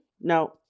no